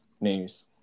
news